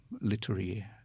literary